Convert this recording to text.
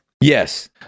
Yes